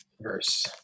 verse